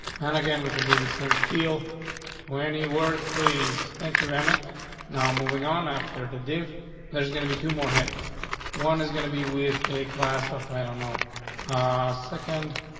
and again we can do the same spiel to any words. please. thank you. emit now moving on after the dave there's gonna be two more headings one is going to be with a class of i don't know second,